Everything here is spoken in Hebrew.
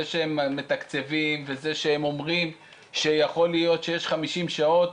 זה שהם מתקצבים וזה שהם אומרים שיכול להיות שיש 50 שעות,